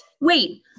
Wait